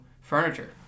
furniture